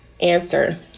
answer